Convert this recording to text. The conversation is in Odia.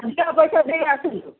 ଅଧିକା ପଇସା ଦେବି ଆସନ୍ତୁ